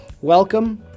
Welcome